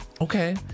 Okay